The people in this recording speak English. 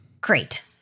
Great